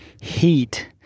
heat